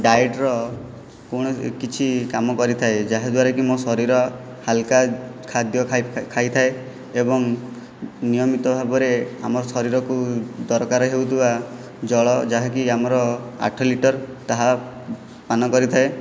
ଡାଏଟ୍ର କୌଣ କିଛି କାମ କରିଥାଏ ଯାହାଦ୍ୱାରା କି ମୋ ଶରୀର ହାଲକା ଖାଦ୍ୟ ଖାଇଥାଏ ଏବଂ ନିୟମିତ ଭାବରେ ଆମ ଶରୀରକୁ ଦରକାର ହେଉଥିବା ଜଳ ଯାହାକି ଆମର ଆଠ ଲିଟର ତାହା ପାନ କରିଥାଏ